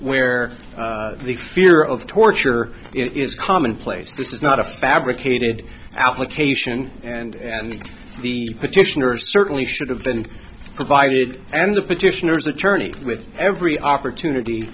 where the fear of torture is commonplace this is not a fabricated application and the petitioner certainly should have been provided and of petitioners attorney with every opportunity